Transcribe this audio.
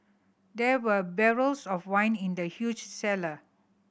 there were barrels of wine in the huge cellar